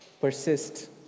Persist